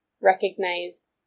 recognize